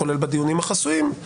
כולל בדיונים החסויים,